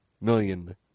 million